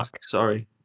sorry